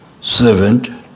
servant